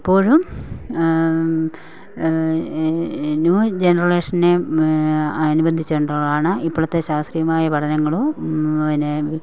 എപ്പോഴും ന്യൂ ജനറേഷനെ അനുബന്ധിച്ചു കൊണ്ടാണ് ഇപ്പോഴത്തെ ശാസ്ത്രീയമായ പഠനങ്ങൾ പിന്നെ